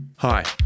Hi